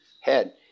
head